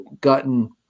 gotten